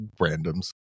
randoms